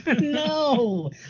No